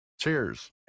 cheers